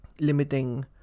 limiting